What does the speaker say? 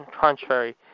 contrary